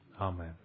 Amen